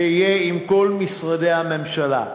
שיהיה עם כל משרדי הממשלה.